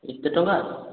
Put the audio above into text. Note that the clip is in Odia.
ଏତେ ଟଙ୍କା